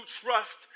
trust